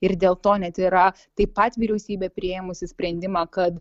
ir dėl to net yra taip pat vyriausybė priėmusi sprendimą kad